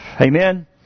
Amen